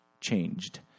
Changed